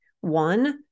One